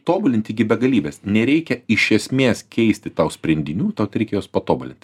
tobulinti iki begalybės nereikia iš esmės keisti tau sprendinių tau tereikia juos patobulint